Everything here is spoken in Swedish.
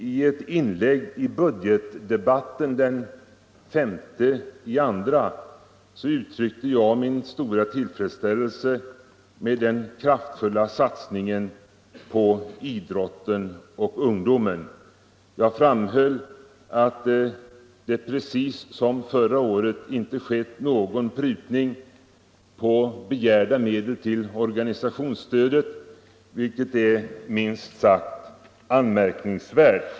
I ett inlägg i budgetdebatten den 5 februari uttryckte jag min stora tillfredsställelse med den kraftfulla satsningen på idrotten och ungdomen. Jag framhöll att det, precis som förra året, inte skett någon prutning på begärda medel till organisationsstödet, vilket är minst sagt anmärkningsvärt.